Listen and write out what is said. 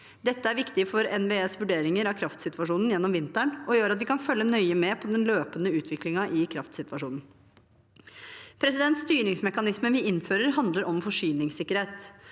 Dette er viktig for NVEs vurderinger av kraftsituasjonen gjennom vinteren, og gjør at vi kan følge nøye med på den løpende utviklingen i kraftsituasjonen. Styringsmekanismen vi innfører, handler om forsyningssikkerhet.